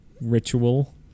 ritual